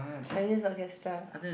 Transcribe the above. Chinese orchestra